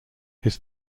his